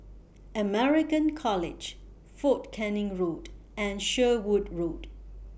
American College Fort Canning Road and Sherwood Road